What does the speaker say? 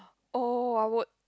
oh I would